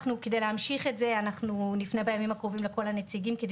על מנת להמשיך את זה אנחנו נפנה בימים הקרובים לכל הנציגים על